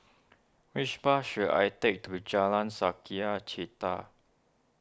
which bus should I take to Jalan Sukachita